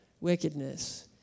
wickedness